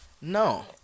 No